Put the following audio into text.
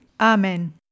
Amen